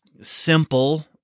simple